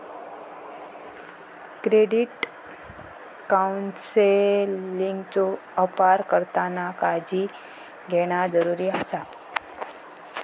credit काउन्सेलिंगचो अपार करताना काळजी घेणा जरुरी आसा